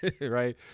right